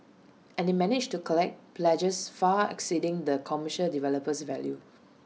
and they managed to collect pledges far exceeding the commercial developer's value